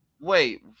Wait